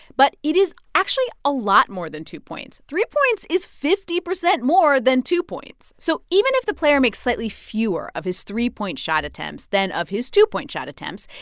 but it is actually a lot more than two points. three points is fifty percent more than two points. so even if the player makes slightly fewer of his three point shot attempts than of his two point shot attempts,